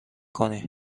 کنی